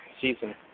season